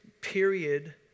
period